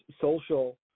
social